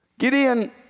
Gideon